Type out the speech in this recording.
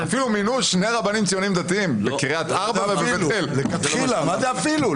הם אפילו מינו שני רבנים ציונים דתיים בקריית ארבע --- מה זה "אפילו"?